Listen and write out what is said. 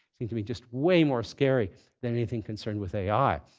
seem to me just way more scary than anything concerned with ai.